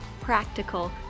practical